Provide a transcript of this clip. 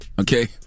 Okay